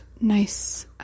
nice